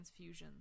transfusions